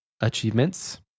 achievements